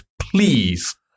Please